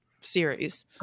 series